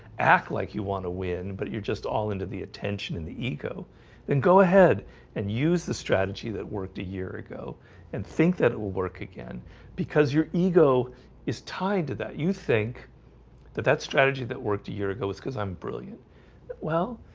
act like you want to win but you're just all into the attention in the ego then go ahead and use the strategy that worked a year ago and think that it will work again because your ego is tied to that you think that that strategy that worked year ago was cuz i'm brilliant well,